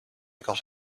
got